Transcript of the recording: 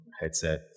headset